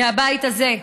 מהבית הזה.